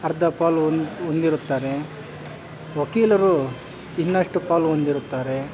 ಅರ್ಧ ಪಾಲು ಹೊಂದಿರುತ್ತಾರೆ ವಕೀಲರು ಇನ್ನಷ್ಟು ಪಾಲು ಹೊಂದಿರುತ್ತಾರೆ